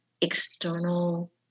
external